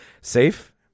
safe